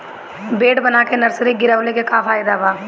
Bed बना के nursery गिरवले के का फायदा बा?